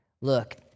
look